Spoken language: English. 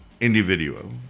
individual